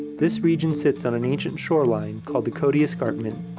this region sits on an ancient shoreline called the cody escarpment.